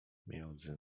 między